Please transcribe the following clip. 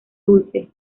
dulce